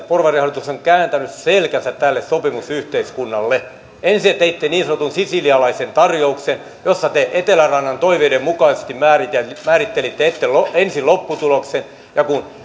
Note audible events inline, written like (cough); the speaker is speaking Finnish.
(unintelligible) porvarihallitus on kääntänyt selkänsä tälle sopimusyhteiskunnalle ensin te teitte niin sanotun sisilialaisen tarjouksen jossa te etelärannan toiveiden mukaisesti määrittelitte ensin lopputuloksen ja kun